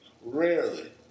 Rarely